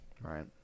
Right